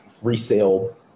resale